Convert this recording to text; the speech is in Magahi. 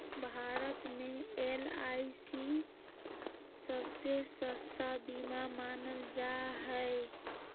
भारत मे एल.आई.सी सबसे सस्ता बीमा मानल जा हय